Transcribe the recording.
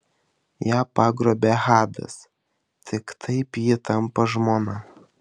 ją pagrobia hadas tik taip ji tampa žmona